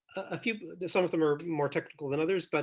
a few some of them are more technical than others. but